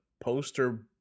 poster